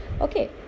Okay